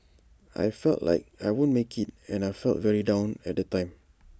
I felt like I won't make IT and I felt very down at the time